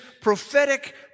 prophetic